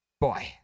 Boy